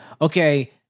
Okay